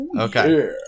okay